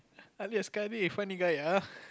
funny guy ah